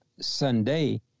Sunday